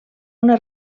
una